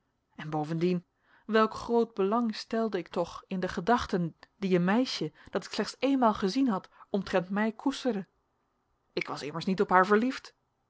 en bovendien welk groot belang stelde ik toch in de gedachten die een meisje dat ik slechts eenmaal gezien had omtrent mij koesterde ik was immers niet op haar verliefd